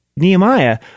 Nehemiah